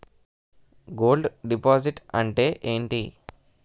Gold deposit అంతే ఎంటి?